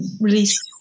release